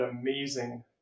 amazing